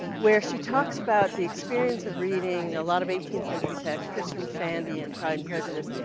where she talks about the experience of reading a lot of eighteenth century text, tristram shandy and pride and prejudice,